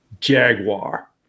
Jaguar